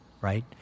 right